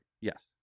Yes